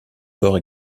corps